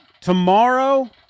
tomorrow